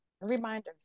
Reminders